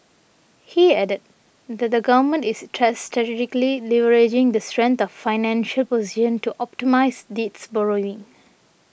he added that the government is strategically leveraging the strength of its financial position to optimise its borrowing